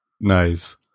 Nice